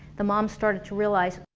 the mom started to realize,